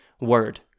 word